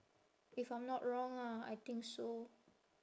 if I'm not wrong ah I think so